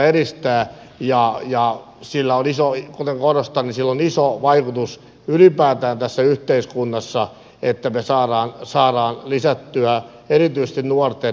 korostan että sillä on iso vaikutus ylipäätään tässä yhteiskunnassa että me saamme lisättyä erityisesti nuorten urheiluharrastusta